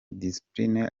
discipline